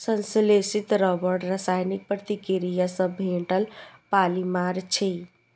संश्लेषित रबड़ रासायनिक प्रतिक्रिया सं भेटल पॉलिमर छियै